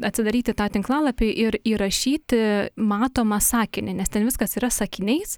atsidaryti tą tinklalapį ir įrašyti matomą sakinį nes ten viskas yra sakiniais